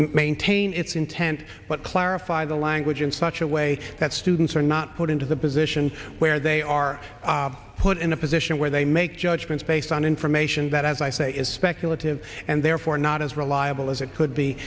maintain its intent but clarify the language in such a way that students are not put into the position where they are put in a position where they make judgments based on information that as i say is speculative and therefore not as reliable as it could be